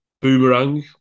Boomerang